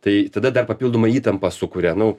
tai tada dar papildomą įtampą sukuria nu